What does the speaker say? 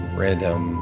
rhythm